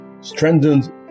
strengthened